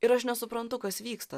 ir aš nesuprantu kas vyksta